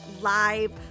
live